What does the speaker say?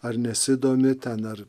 ar nesidomi ten dar